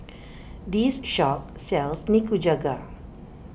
this shop sells Nikujaga